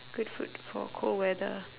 good food for cold weather